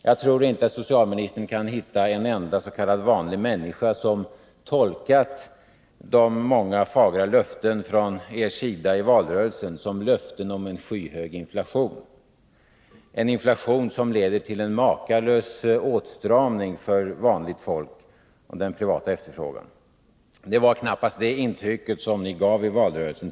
Jag tror inte socialministern kan hitta en enda s.k. vanlig människa som tolkat de många fagra löftena från er sida i valrörelsen som löften om en skyhög inflation, som leder till en makalös åtstramning för vanligt folk och den privata efterfrågan. Det var knappast det intryck ni gav i valrörelsen.